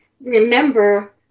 remember